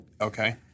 Okay